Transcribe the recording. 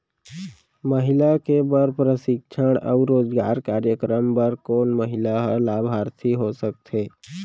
महिला के बर प्रशिक्षण अऊ रोजगार कार्यक्रम बर कोन महिला ह लाभार्थी हो सकथे?